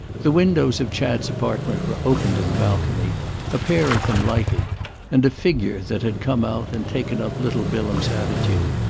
the windows of chad's apartment were open to the balcony a pair of them lighted and a figure that had come out and taken up little bilham's attitude,